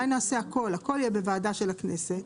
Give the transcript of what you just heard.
שהכל יהיה בוועדה של הכנסת.